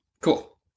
Cool